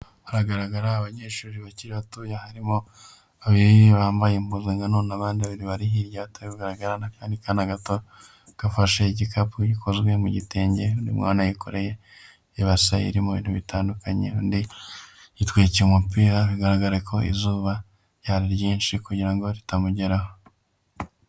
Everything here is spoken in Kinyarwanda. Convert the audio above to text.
Haragaragara abanyeshuri bakiri batoya, harimo babiri bambaye impuzankano, n'abandi babiri bari hirya batari kugaragara, n'akandi kana gato gafashe igikapu gikozwe mu gitenge, n'undi mwana wikoreye ibase irimo ibintu bitandukanye, undi yitwikiriye umupira, bigaragara ko izuba ryari ryinshi, kugira ngo ritamugeraho.